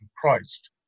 Christ